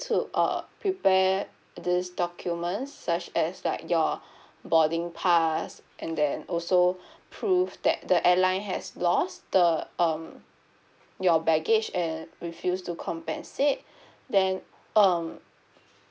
to uh prepare these documents such as like your boarding pass and then also proof that the airline has lost the um your baggage and refuse to compensate then um